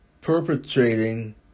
perpetrating